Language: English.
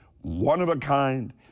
one-of-a-kind